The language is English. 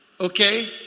okay